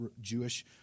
Jewish